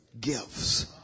gifts